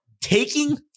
taking